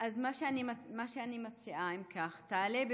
אני מציעה שתעלה,